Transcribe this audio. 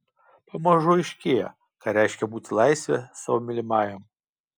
pamažu aiškėja ką reiškia būti laisve savo mylimajam